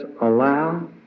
allow